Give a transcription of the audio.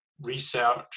research